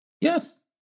Yes